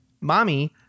mommy